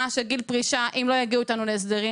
של גיל פרישה אם לא יגיעו איתנו להסדרים.